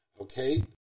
Okay